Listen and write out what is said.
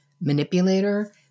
manipulator